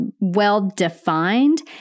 well-defined